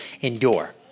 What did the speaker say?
endure